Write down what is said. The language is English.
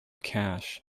cache